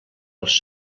els